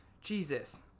Jesus